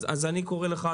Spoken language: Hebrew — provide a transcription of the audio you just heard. אני קורא לך,